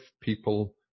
people